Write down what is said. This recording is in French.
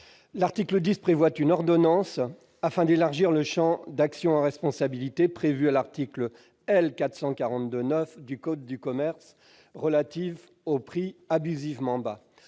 à prendre une ordonnance afin d'élargir le champ de l'action en responsabilité prévue à l'article L. 442-9 du code de commerce, relatif au prix abusivement bas.